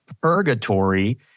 purgatory